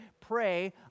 pray